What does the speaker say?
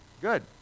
Good